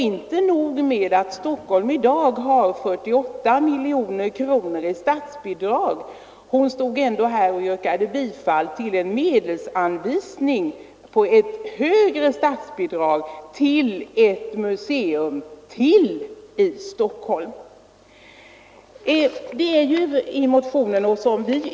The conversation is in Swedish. Inte nog med att Stockholms museer i dag får 48 miljoner kronor i statsbidrag; fru Diesen yrkade ändå på medelsanvisning för ett högre statsbidrag till ytterligare ett museum i Stockholm.